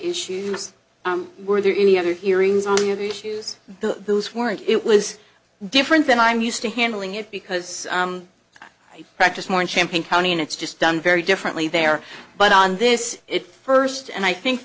issues were there any other hearings on the other issues those weren't it was different than i'm used to handling it because i practiced more in champaign county and it's just done very differently there but on this it first and i think